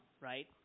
right